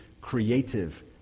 creative